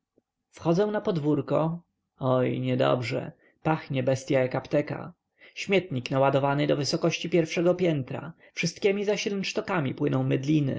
wchodzę na podwórko oj niedobrze pachnie bestya jak apteka śmietnik naładowany do wysokości pierwszego piętra wszystkiemi zaś rynsztokami płyną